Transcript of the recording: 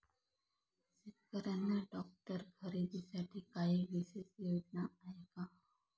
शेतकऱ्यांना ट्रॅक्टर खरीदीसाठी काही विशेष योजना आहे का?